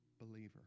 believer